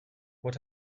what